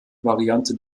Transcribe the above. variante